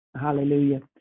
hallelujah